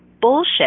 bullshit